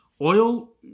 Oil